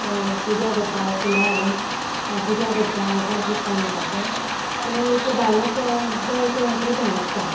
पुजा करता फुलां हाडून पुजा करता आयतार पुजता म्हणटा पळय तें एक बायलांक तो एक वेगळेंच हें आसता